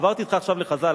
עברתי אתך עכשיו לחז"ל.